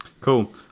Cool